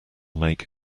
make